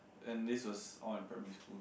and this was all in primary school